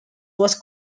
was